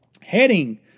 Heading